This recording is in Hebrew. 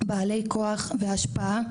בעלי כוח והשפעה,